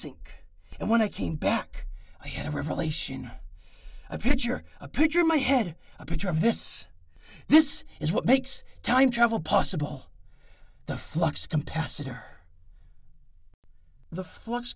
sink and when i came back i had a revelation a picture a picture in my head a picture of this this is what makes time travel possible the flux capacitor the flux